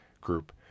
group